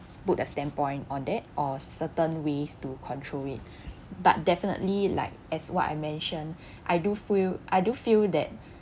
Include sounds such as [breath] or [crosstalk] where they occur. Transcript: put a standpoint on that or certain ways to control it [breath] but definitely like as what I mentioned I do feel I do feel that